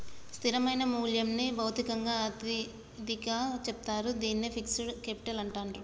స్థిరమైన మూల్యంని భౌతికమైన అతిథిగా చెప్తారు, దీన్నే ఫిక్స్డ్ కేపిటల్ అంటాండ్రు